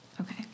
Okay